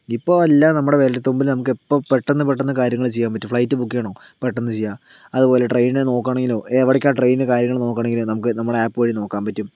ഇപ്പോൾ എല്ലാം നമ്മുടെ വിരൽ തുമ്പിൽ നമുക്ക് ഇപ്പോൾ പെട്ടന്ന് പെട്ടന്ന് കാര്യങ്ങൾ ചെയ്യാൻ പറ്റും ഫ്ലൈറ്റ് ബുക്ക് ചെയ്യണോ പെട്ടന്ന് ചെയ്യാം അതുപോലെ ട്രെയിൻ നോക്കണമെങ്കിലോ എവിടേക്കാ ട്രെയിൻ കാര്യങ്ങൾ നോക്കണമെങ്കിലോ ഒക്കെ നമുക്ക് ആപ്പ് വഴി നോക്കാൻ പറ്റും